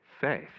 faith